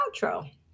outro